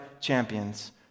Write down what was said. champions